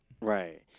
Right